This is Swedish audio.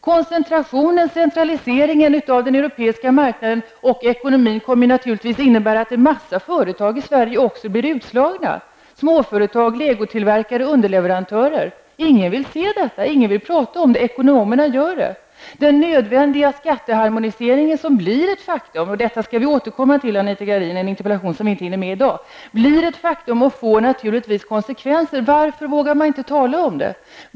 Koncentrationen och centraliseringen av den europeiska markanden och ekonomin kommer naturligtvis att innebära att en mängd företag i Sverige -- småföretag, legotillverkare och underleverantörer -- också blir utslagna. Ingen vill se detta, ingen vill prata om det. Men ekonomerna gör det. Det nödvändiga skatteharmoniseringen blir ett faktum -- och detta skall vi återkomma till, Anita Gradin, i samband med en interpellation som vi inte hinner med i dag --, och det får naturligtvis konsekvenser. Varför vågar man inte tala om det?